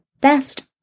best